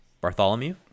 Bartholomew